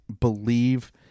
believe